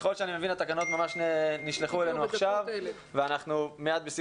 וככל שאני מבין התקנות ממש נשלחו אלינו עכשיו ומיד בסיום